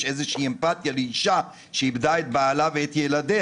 איזושהי אמפתיה לאישה שאיבדה את בעיה וילדיה.